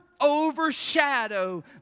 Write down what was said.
overshadow